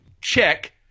check